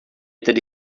tedy